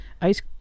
ice